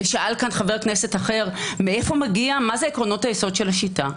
ושאל כאן חבר כנסת אחר מה זה עקרונות היסוד של השיטה,